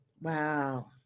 Wow